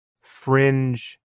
fringe